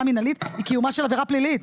מינהלית היא קיומה של עבירה פלילית.